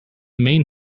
main